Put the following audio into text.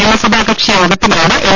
നിയസഭാകക്ഷി യോഗത്തിലാണ് എം